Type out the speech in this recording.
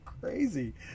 crazy